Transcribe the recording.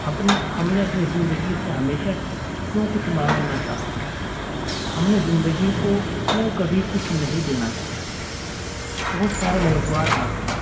اپنے ہم نے اپنے زندگی سے ہمیشہ کیوں کچھ مانگنا چاہا ہم نے زندگی کو کیوں کبھی کچھ نہیں دینا چاہا بہت سارے موضوعات آتے ہیں